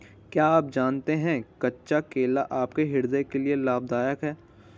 क्या आप जानते है कच्चा केला आपके हृदय के लिए लाभदायक है?